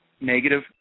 negative